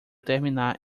terminar